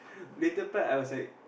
later part I was like